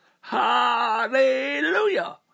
Hallelujah